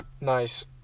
nice